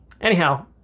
Anyhow